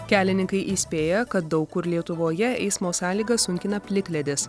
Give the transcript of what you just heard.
kelininkai įspėja kad daug kur lietuvoje eismo sąlygas sunkina plikledis